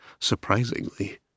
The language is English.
surprisingly